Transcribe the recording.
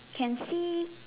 can see